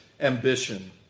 ambition